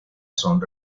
son